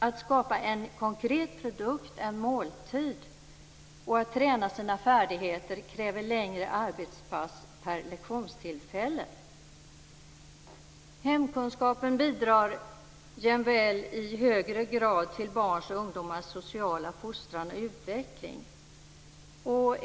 Att skapa en konkret produkt - en måltid - och att träna sina färdigheter kräver längre arbetspass per lektionstillfälle. Hemkunskapen bidrar jämväl i hög grad till barns och ungdomars sociala fostran och utveckling.